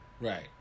Right